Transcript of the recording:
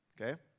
Okay